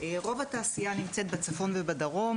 רוב התעשייה נמצאת בצפון ובדרום.